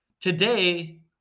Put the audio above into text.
Today